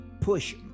push